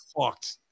fucked